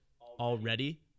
already